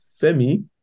Femi